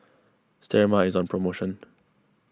Sterimar is on promotion